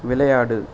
விளையாடு